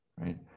right